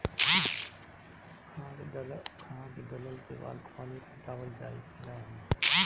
खाद डलला के बाद पानी पाटावाल जाई कि न?